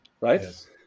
right